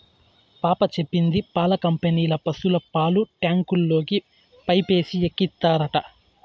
పాప చెప్పింది పాల కంపెనీల పశుల పాలు ట్యాంకుల్లోకి పైపేసి ఎక్కిత్తారట